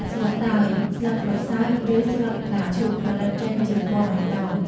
ស្លឹកតើយ ស្លឹកក្រូចសើចឬស្លឹកផ្កាឈូក ផលិតចេញជាពណ៌បៃតង។